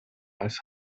als